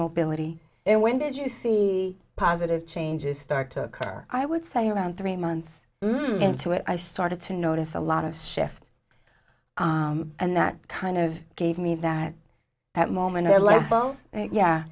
mobility and when did you see positive changes start to occur i would say around three months into it i started to notice a lot of shift and that kind of gave me that that